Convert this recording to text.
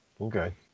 okay